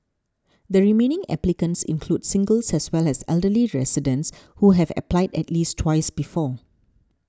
the remaining applicants include singles as well as elderly residents who have applied at least twice before